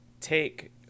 take